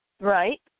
right